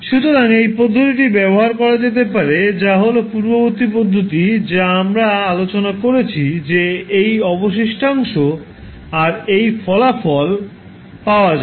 সুতরাং এই পদ্ধতিটি ব্যবহার করা যেতে পারে যা হল পূর্ববর্তী পদ্ধতি যা আমরা আলোচনা করেছি যে এটি অবশিষ্টাংশ আর একই ফলাফল পাওয়া যাবে